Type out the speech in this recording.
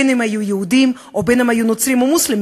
בין אם היו יהודים ובין אם היו נוצרים או מוסלמים,